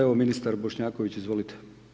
Evo ministar Bošnjaković, izvolite.